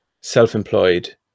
self-employed